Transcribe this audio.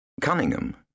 Cunningham